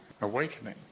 awakening